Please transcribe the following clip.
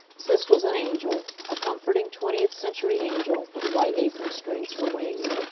sis was an angel a comforting, twentieth-century angel, with white apron strings for wings,